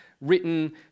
written